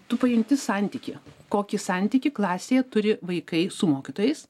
tu pajunti santykį kokį santykį klasėje turi vaikai su mokytojais